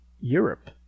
Europe